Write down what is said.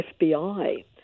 FBI